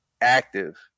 active